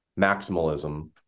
maximalism